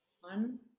one